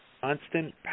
constant